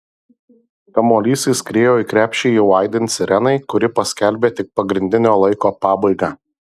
kamuolys įskriejo į krepšį jau aidint sirenai kuri paskelbė tik pagrindinio laiko pabaigą